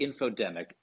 infodemic